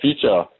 future